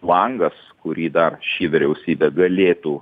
langas kurį dar ši vyriausybė galėtų